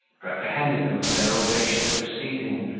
reprehended them for their audacious proceeding,